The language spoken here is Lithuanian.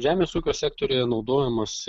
žemės ūkio sektoriuje naudojamos